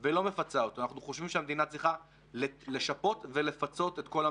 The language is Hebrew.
אנחנו חושבים שמח"טים צריכים לעבור יותר הכשרה ולהיות בתפקידי